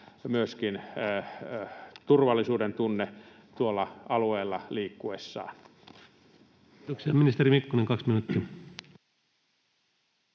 tuntemaan turvallisuudentunne tuolla alueella liikkuessaan. Kiitoksia. — Ministeri Mikkonen, 2 minuuttia.